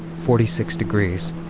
forty six degrees,